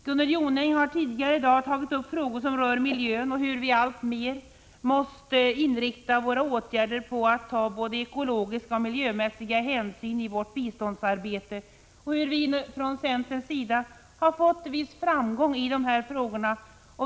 Gunnel Jonäng har tidigare i dag tagit upp frågor som rör miljön och hur vi alltmer måste inrikta våra åtgärder på att ta både ekologiska och miljömässiga hänsyn i vårt biståndsarbete och hur vi från centerns sida har fått viss framgång i de här frågorna.